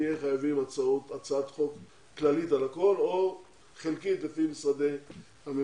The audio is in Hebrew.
נהיה חייבים להגיש הצעת חוק כללית על הכול או חלקית לפי משרדי הממשלה.